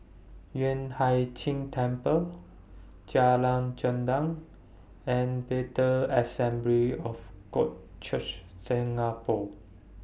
Yueh Hai Ching Temple Jalan Gendang and Bethel Assembly of God Church Singapore